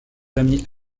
amis